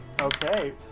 Okay